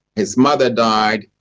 his mother died,